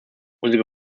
unsere